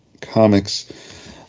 Comics